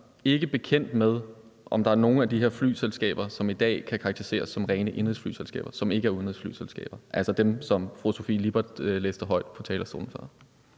ikke bekendt med, om der er nogle af de her flyselskaber, som i dag kan karakteriseres som rene indenrigs flyselskaber, som ikke er udenrigs flyselskaber, altså dem, som fru Sofie Lippert læste højt fra talerstolen